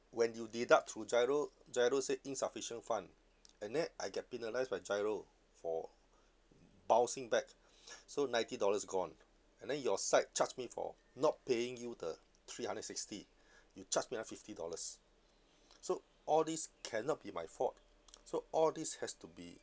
when you deduct through GIRO GIRO say insufficient fund and then I get penalized by GIRO for bouncing back so ninety dollars gone and then your side charge me for not paying you the three hundred sixty you charge me another fifty dollars so all this cannot be my fault so all this has to be